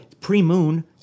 pre-moon